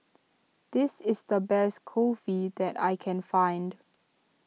this is the best Kulfi that I can find